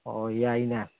ꯑꯣ ꯌꯥꯏꯅꯦ